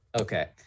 Okay